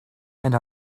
and